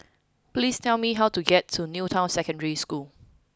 please tell me how to get to New Town Secondary School